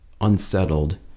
unsettled